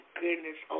goodness